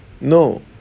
no